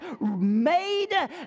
made